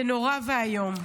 זה נורא ואיום.